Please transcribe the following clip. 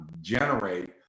generate